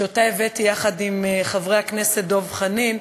שאותה הבאתי יחד עם חברי הכנסת דב חנין,